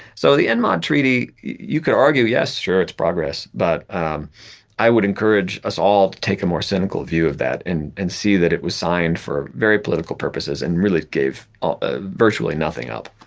so, the enmod treaty, you could argue, yes, sure it's progress, but um i would encourage us all to take a more cynical view of that and and see that it was signed for very political purposes and really gave ah virtually nothing up